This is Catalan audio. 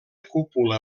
cúpula